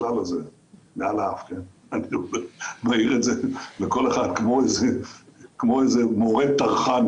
אני מעיר את זה לכול אחד כמו איזה מורה טרחן